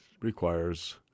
requires